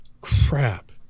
Crap